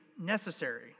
necessary